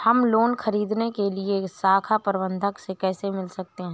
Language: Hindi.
हम लोन ख़रीदने के लिए शाखा प्रबंधक से कैसे मिल सकते हैं?